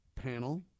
panel